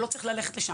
זה לא צריך ללכת לשם.